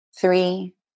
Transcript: three